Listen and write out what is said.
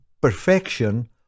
perfection